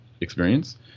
experience